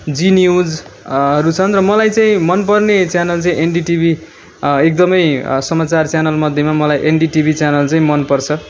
जी news हरू छन् र मैले चाहिँ मनपर्ने च्यानल चाहिँ एनडिटिभी एकदमै समाचार च्यानल मध्येमा मलाई एनडिटिभी च्यानल चाहिँ मनपर्छ